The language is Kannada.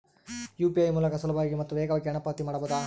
ಯು.ಪಿ.ಐ ಮೂಲಕ ಸುಲಭವಾಗಿ ಮತ್ತು ವೇಗವಾಗಿ ಹಣ ಪಾವತಿ ಮಾಡಬಹುದಾ?